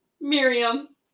miriam